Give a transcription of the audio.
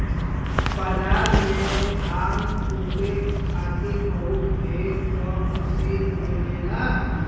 बाजार में धान कूटे खातिर बहुत ढेर क मसीन मिलेला